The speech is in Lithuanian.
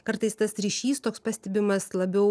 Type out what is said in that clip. kartais tas ryšys toks pastebimas labiau